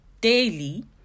daily